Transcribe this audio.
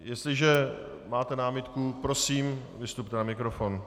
Jestliže máte námitku, prosím, vystupte na mikrofon.